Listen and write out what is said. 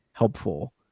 helpful